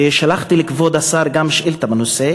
ושלחתי לכבוד השר גם שאילתה בנושא